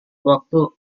waktu